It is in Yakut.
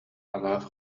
алаас